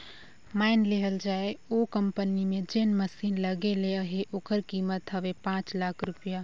माएन लेहल जाए ओ कंपनी में जेन मसीन लगे ले अहे ओकर कीमेत हवे पाच लाख रूपिया